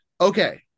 Okay